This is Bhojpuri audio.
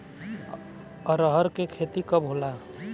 अरहर के खेती कब होला?